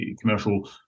commercial